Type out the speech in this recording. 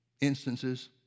instances